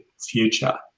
future